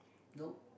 no